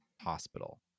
Hospital